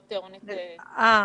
אוקיי.